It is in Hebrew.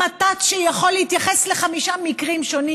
עם מתת שיכול להתייחס לחמישה מקרים שונים,